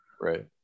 right